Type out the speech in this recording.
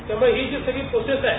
तयामुळे ही जी सगळी प्रोसेस आहे